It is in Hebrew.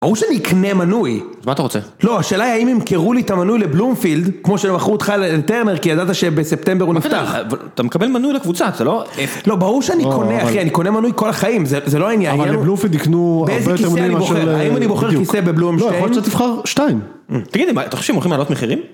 ברור שאני אקנה מנוי. אז מה אתה רוצה? לא, השאלה היא האם ימכרו לי את המנוי לבלומפילד, כמו שמכרו אותך לטרנר כי ידעת שבספטמבר הוא נפתח. אתה מקבל מנוי לקבוצה, זה לא... לא, ברור שאני קונה, אחי, אני קונה מנוי כל החיים, זה לא העניין. אבל לבלומפילד יקנו הרבה יותר מנויים מאשר... האם אני בוחר כיסא בבלומשטיין? לא, יכול להיות שאתה תבחר שתיים. תגיד לי, אתה חושב שהם הולכים לעלות מחירים?